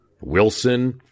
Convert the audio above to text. Wilson